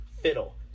fiddle